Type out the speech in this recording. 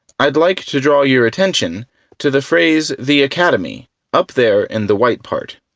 i'd like to draw your attention to the phrase the academy up there in the white part.